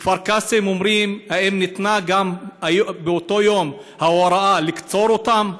בכפר קאסם אומרים: האם ניתנה גם באותו יום ההוראה לקצור אותם?